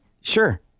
Sure